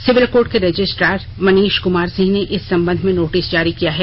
civil court के registrar Manish Kumar Singh ने इस संबंध में नोटिस जारी किया है